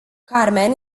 carmen